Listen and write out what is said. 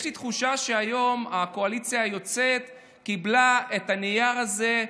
יש לי תחושה שהיום הקואליציה היוצאת קיבלה את הנייר הזה,